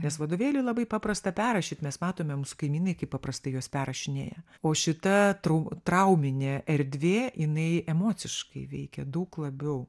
nes vadovėlį labai paprasta perrašyt mes matome mūsų kaimynai kaip paprastai juos perrašinėja o šita tru trauminė erdvė jinai emociškai veikia daug labiau